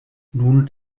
nun